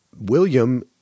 William